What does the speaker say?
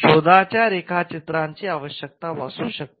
शोधांच्या रेखाचित्रांची आवश्यकता असू शकते